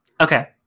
Okay